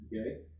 okay